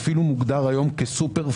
הוא אפילו מוגדר היום כסופר-פוד.